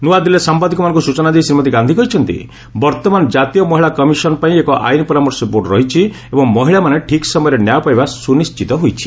ନୂଆଦିଲ୍ଲୀରେ ସାମ୍ଭାଦିକମାନଙ୍କୁ ସୂଚନା ଦେଇ ଶ୍ରୀମତୀ ଗାନ୍ଧି କହିଛନ୍ତି ବର୍ଭମାନ ଜାତୀୟ ମହିଳା କମିଶନପାଇଁ ଏକ ଆଇନ ପରାମର୍ଶ ବୋର୍ଡ଼ ରହିଛି ଏବଂ ମହିଳାମାନେ ଠିକ୍ ସମୟରେ ନ୍ୟାୟ ପାଇବା ସ୍ତନିଶ୍ଚିତ ହୋଇଛି